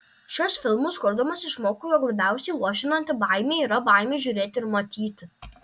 šiuos filmus kurdamas išmokau jog labiausiai luošinanti baimė yra baimė žiūrėti ir matyti